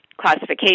classification